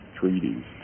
treaties